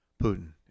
Putin